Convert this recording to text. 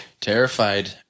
Terrified